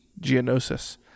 Geonosis